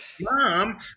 Mom